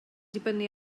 dibynnu